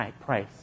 price